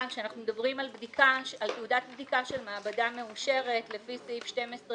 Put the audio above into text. שכשאנחנו מדברים על תעודת בדיקה של מעבדה מאושרת לפי סעיף 12(א),